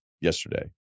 yesterday